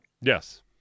Yes